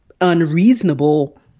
unreasonable